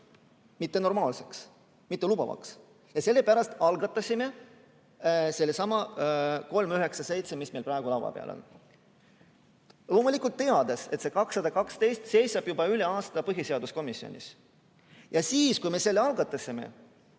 ebanormaalseks, mittelubatavaks, ja sellepärast algatasime sellesama 397, mis meil praegu laua peal on, loomulikult teades, et see 212 seisab juba üle aasta põhiseaduskomisjonis. Ja siis, kui me selle algatasime,